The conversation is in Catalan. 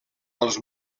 als